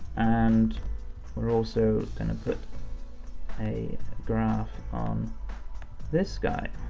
and we're also gonna put a graph on this guy.